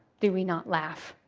do we not laugh?